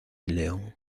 león